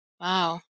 wow